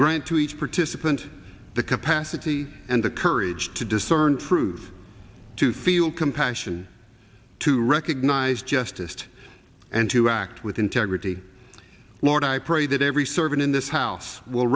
grant to each participant the capacity and the courage to discern fruit to feel compassion to recognize justice and to act with integrity lord i pray that every servant in this house will